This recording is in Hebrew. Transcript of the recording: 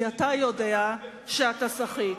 כי אתה יודע שאתה סחיט.